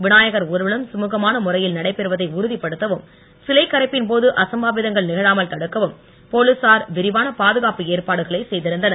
விநாயகர் ஊர்வலம் கமுகமான முறையில் நடைபெறுவதை உறுதிப்படுத்தவும் சிலை கரைப்பின் போது அசம்பாவிதங்கள் நிகழாமல் தடுக்கவும் போலீசார் விரிவான பாதுகாப்பு ஏற்பாடுகளை செய்திருந்தனர்